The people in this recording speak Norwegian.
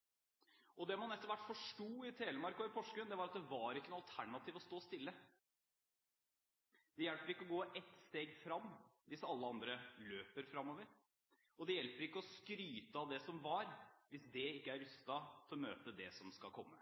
seg. Det man etter hvert forsto i Telemark og i Porsgrunn, var at det var ikke noe alternativ å stå stille. Det hjelper ikke å gå ett steg fram hvis alle andre løper framover. Det hjelper ikke å skryte av det som var, hvis det ikke er rustet til å møte det som skal komme.